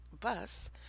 bus